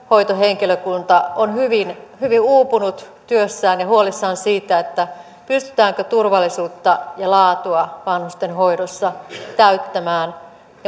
hoitohenkilökunta on hyvin hyvin uupunut työssään ja huolissaan siitä pystytäänkö turvallisuutta ja laatua vanhustenhoidossa täyttämään